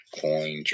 coin